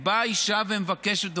באה האישה ומבקשת,